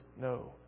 no